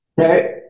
Okay